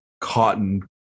cotton